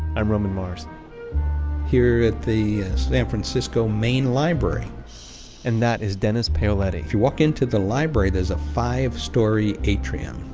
i'm roman mars here at the san francisco main library and that is dennis paoletti if you walk into the library, there's a five-story atrium.